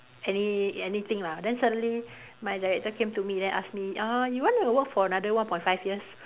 any anything lah then suddenly my director came to me then ask me uh you want to work for another one point five years